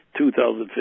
2015